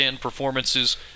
performances